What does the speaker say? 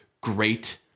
great